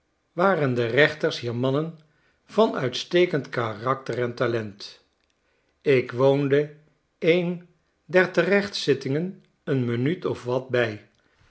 waren de rechters hier mannen van uitstekend karakter en talent ik woonde een der terechtzittingen een minuut of wat bij